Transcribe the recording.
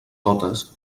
totes